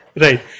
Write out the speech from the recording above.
right